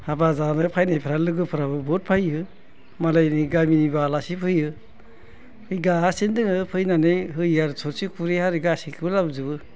हाबा जानो फैनायफोरा लोगोफोराबो बहुद फैयो मालायनिबो गामिनिबो आलासि फैयो गासैबो बिदिनो फैनानै होयो आरो थोरसि खुरै आरि गासैखोबो लाबोजोबो